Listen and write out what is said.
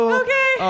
okay